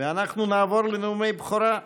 אנחנו נעבור לנאומי בכורה.